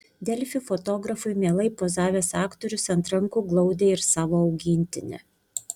delfi fotografui mielai pozavęs aktorius ant rankų glaudė ir savo augintinį